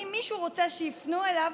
ואם מישהו רוצה שיפנו אליו,